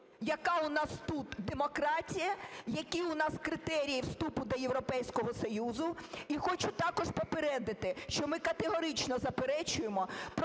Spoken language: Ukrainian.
яка у нас тут демократія, які у нас критерії вступу до Європейського Союзу. І хочу також попередити, що ми категорично заперечуємо